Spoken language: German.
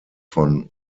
von